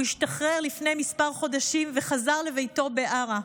הוא השתחרר לפני כמה חודשים וחזר לביתו בעארה.